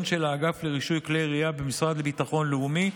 של האגף לרישוי כלי ירייה במשרד לביטחון לאומי,